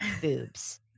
Boobs